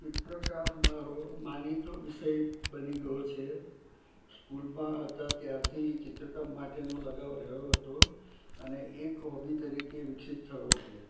ચિત્રકામ મારો માનીતો વિષય બની ગયો છે સ્કૂલમાં હતા ત્યારથી ચિત્રકામ માટેનો લગાવ રહ્યો હતો અને એક હોબી તરીકે વિકસિત થયો છે